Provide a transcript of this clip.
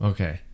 Okay